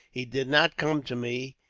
he did not come to me,